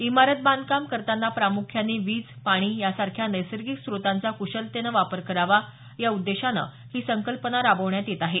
इमारत बांधकाम करताना प्रामुख्याने वीज पाणी यासारख्या नैसर्गिक स्त्रोतांचा कुशलतेने वापर करावा या उद्देशानं ही संकल्पना राबवण्यात येत आहे